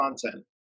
content